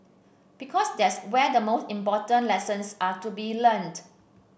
because that's where the most important lessons are to be learnt